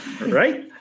Right